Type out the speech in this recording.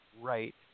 right